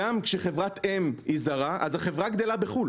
כשחברת האם היא זרה אז החברה גדלה בחו"ל